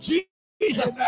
Jesus